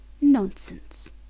Nonsense